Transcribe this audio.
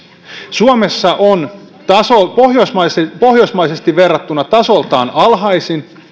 suomessa on pohjoismaisesti pohjoismaisesti verrattuna tasoltaan alhaisin